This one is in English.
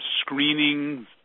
screening